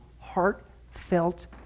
heartfelt